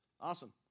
Awesome